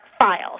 files